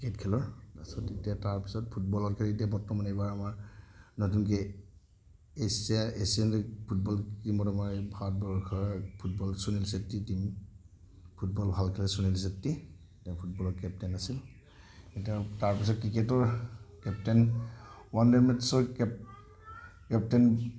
cricket খেলৰ তাৰপিছত এতিয়া তাৰপিছত ফুটবল খেলৰ এতিয়া বৰ্তমানে এইবাৰ আমাৰ নতুনকৈ এচিয়া এচিয়ান ফুটবল টিমত আমাৰ এই ভাৰতবৰ্ষৰ ফুটবল সুনীল ছেত্ৰীৰ টিম ফুটবল ভাল খেলে সুনীল ছেত্ৰী তেওঁ ফুটবলৰ কেপ্টেইন আছিল এতিয়া তাৰপিছত ক্ৰিকেটৰ কেপ্টেইন ওৱান ডে মেট্চৰ কেপ কেপ্টেইন